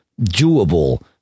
doable